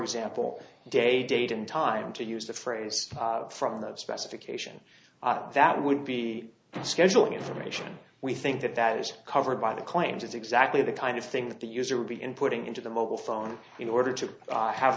example day date and time to use the phrase from the specification that would be scheduling information we think that that is covered by the claims it's exactly the kind of thing that the user would be in putting into the mobile phone in order to have